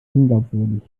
unglaubwürdig